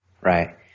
right